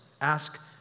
Ask